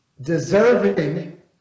deserving